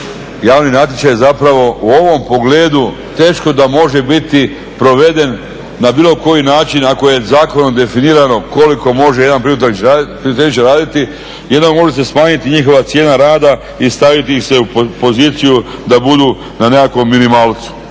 javni natječaj zapravo u ovom pogledu teško da može biti proveden na bilo koji način ako je zakonom definirano koliko može jedan pirotehničar raditi. jedino se može smanjiti njihova cijena rada i staviti ih u poziciju da budu na nekakvom minimalcu